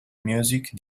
music